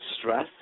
stress